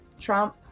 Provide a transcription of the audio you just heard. Trump